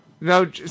No